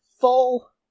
full